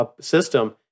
system